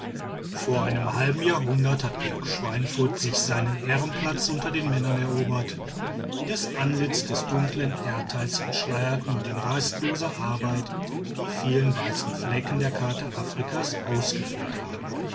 vor einem halben jahrhundert hat georg schweinfurth sich seinen ehrenplatz unter den männern erobert die das antlitz des dunkeln erdteils entschleiert und in rastloser arbeit die vielen weißen flecken der karte afrikas ausgefüllt haben